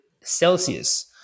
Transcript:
Celsius